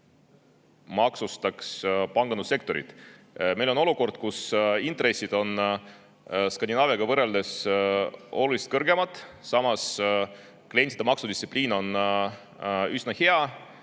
maksustaks pangandussektorit. Meil on olukord, kus intressid on Skandinaaviaga võrreldes oluliselt kõrgemad, samas on klientide maksudistsipliin üsna hea.